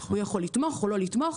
הוא יכול לתמוך או לא לתמוך.